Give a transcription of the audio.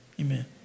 Amen